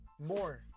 more